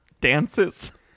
dances